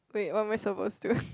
wait what am I supposed to